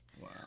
Wow